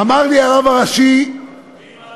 אמר לי הרב הראשי ואם,